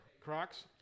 Crocs